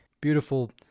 beautiful